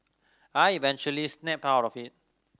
I eventually snapped out of it